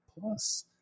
plus